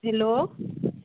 hello